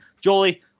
Jolie